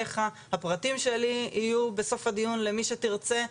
הפרטים שלי יהיו בסוף הדיון למי שירצה,